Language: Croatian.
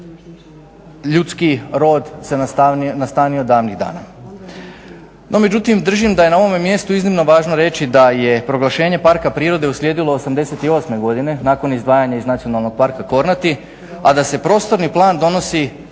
ljudski rod se nastanio davnih dana. No međutim držim da je na ovome mjestu iznimno važno reći da je proglašenje parka prirode uslijedilo '88.godine nakon izdvajanja iz Nacionalnog parka Kornati, a da se prostorni plan donosi